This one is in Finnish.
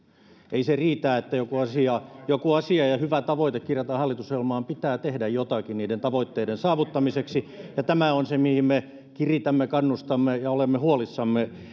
ei se riitä että joku asia joku asia ja hyvä tavoite kirjataan hallitusohjelmaan vaan pitää tehdä jotakin niiden tavoitteiden saavuttamiseksi ja tämä on se mihin me kiritämme ja kannustamme mistä olemme huolissamme